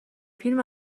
فیلم